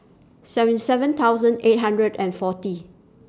seven seven thousand eight hundred and forty